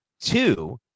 two